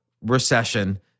recession